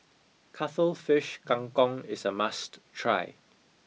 Cuttlefish Kang Kong is a must try